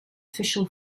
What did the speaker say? official